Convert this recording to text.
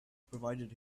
provided